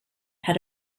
head